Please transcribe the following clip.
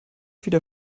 wieder